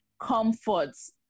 comforts